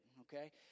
Okay